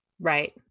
Right